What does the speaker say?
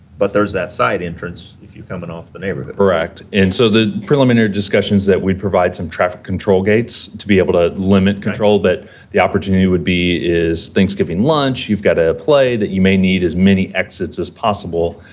but there's that side entrance if you're coming off the neighborhood. correct, and so, the preliminary discussion's that we provide some traffic control gates to be able to limit control, but the opportunity would be is thanksgiving lunch you've got a play that you may need as many exits as possible,